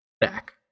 back